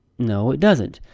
no it doesn't.